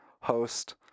host